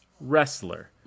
wrestler